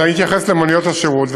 אני אתייחס למוניות השירות,